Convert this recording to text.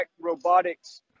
robotics